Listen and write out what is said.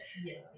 Yes